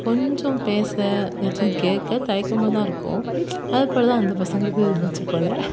கொஞ்சம் பேச ஏதும் கேட்க தயக்கமாக தான் இருக்கும் அதுபோல் தான் அந்த பசங்களுக்கும் இருந்துச்சு போல்